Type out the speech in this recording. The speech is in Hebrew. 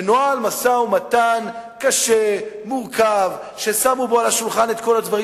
ונוהל משא-ומתן קשה ומורכב ששמו בו על השולחן את כל הדברים.